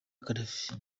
gaddafi